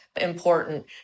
important